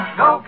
go